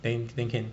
then can can